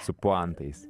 su puantais